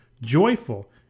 joyful